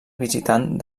visitant